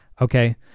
okay